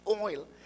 oil